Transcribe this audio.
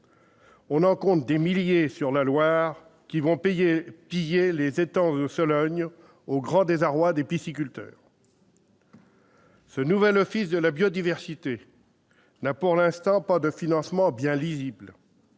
on en compte des milliers sur la Loire, qui vont piller les étangs de Sologne, au grand désarroi des pisciculteurs. Ce nouvel office de la biodiversité n'a pour l'instant pas de financement bien lisible.